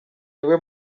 niwe